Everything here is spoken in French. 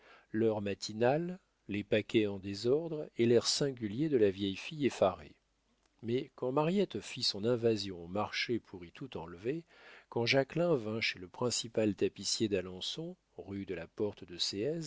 l'heure matinale les paquets en désordre et l'air singulier de la vieille fille effarée mais quand mariette fit son invasion au marché pour y tout enlever quand jacquelin vint chez le principal tapissier d'alençon rue de la porte de